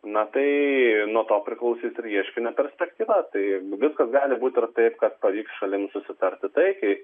na tai nuo to priklausys ir ieškinio perspektyva tai visko gali būti taip kad pavyks šalims susitarti taikiai